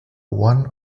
one